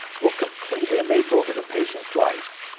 will completely make over the patient's life,